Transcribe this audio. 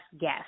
guess